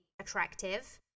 attractive